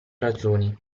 ragioni